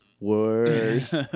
worse